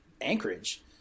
Anchorage